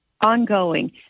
ongoing